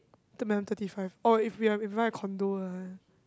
when I'm thirty five oh if we have if we buy a condo lah